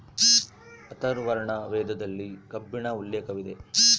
ಅಥರ್ವರ್ಣ ವೇದದಲ್ಲಿ ಕಬ್ಬಿಣ ಉಲ್ಲೇಖವಿದೆ